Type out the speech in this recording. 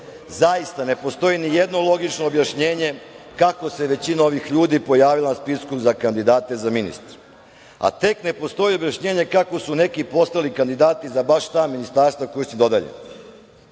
Zaista ne postoji ni jedno logično objašnjenje kako se većina ovih ljudi pojavila na spisku za kandidate za ministre, a tek ne postoji objašnjenje kako su neki postali kandidati za baš ta ministarstva koja su dodeljena. Dugo